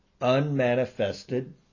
unmanifested